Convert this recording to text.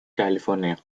california